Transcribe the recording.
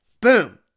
Boom